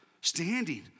standing